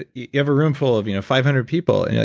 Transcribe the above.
ah you you have a room full of you know five hundred people,